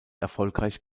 erfolgreich